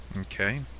Okay